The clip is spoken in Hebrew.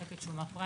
מחלקת שומת פרט